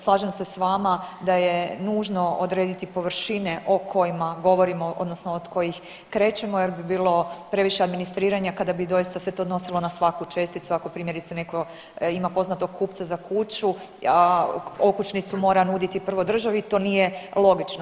Slažem se s vama da je nužno odrediti površine o kojima govorima odnosno od kojih krećemo jer bi bilo previše administriranja kada bi doista se to odnosilo na svaku česticu ako primjerice netko ima poznatog kupaca za kuću, a okućnicu mora nuditi prvo državi to nije logično.